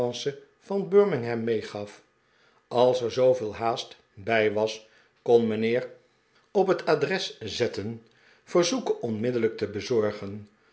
van birmingham meegaf als er zooveel haast bij was kon mijnheer op het adres zetten verzoeke onmiddellijk te bezorgen